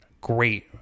great